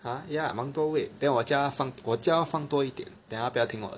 !huh! yeah 蛮多 weight then 我叫他放多一点 then 他不要听我的